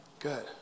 good